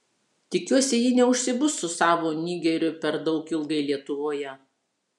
tikiuosi ji neužsibus su savo nigeriu per daug ilgai lietuvoje